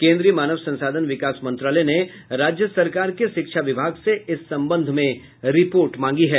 केन्द्रीय मानव संसाधन विकास मंत्रालय ने राज्य सरकार के शिक्षा विभाग से इस संबंध में रिपोर्ट मांगी है